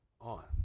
on